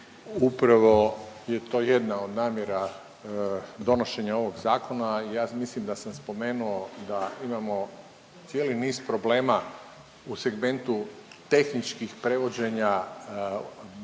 Upravo je to jedna od namjera donošenja ovog zakona. Ja mislim da sam spomenuo da imamo cijeli niz problema u segmentu tehničkih prevođenja,